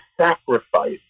sacrifice